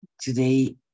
today